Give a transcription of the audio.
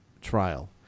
trial